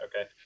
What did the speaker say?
okay